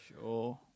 Sure